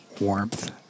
warmth